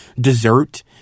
dessert